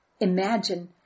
Imagine